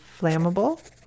flammable